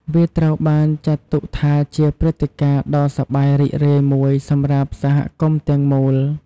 វាត្រូវបានចាត់ទុកថាជាព្រឹត្តការណ៍ដ៏សប្បាយរីករាយមួយសម្រាប់សហគមន៍ទាំងមូល។